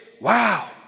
wow